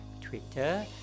Twitter